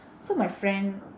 so my friend